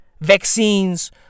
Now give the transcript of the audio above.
vaccines